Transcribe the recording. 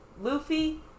Luffy